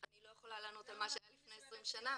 אני לא יכולה לענות על מה שהיה לפני 20 שנה.